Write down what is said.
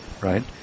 right